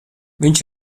viņš